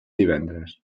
divendres